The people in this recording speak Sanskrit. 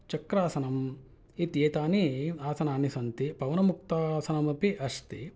चक्रासनम् इत्येतानि आसनानि सन्ति पवनमुक्तासनमपि अस्ति